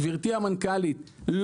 גברתי המנכ"לית,